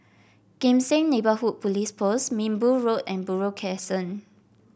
Kim Seng Neighbourhood Police Post Minbu Road and Buroh Crescent